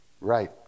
right